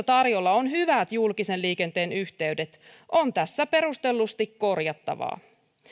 tarjolla on hyvät julkisen liikenteen yhteydet on tässä perustellusti korjattavaa